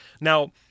Now